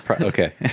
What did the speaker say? Okay